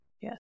Yes